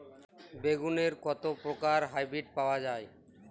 বেগুনের কত প্রকারের হাইব্রীড পাওয়া যায়?